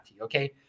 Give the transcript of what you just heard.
Okay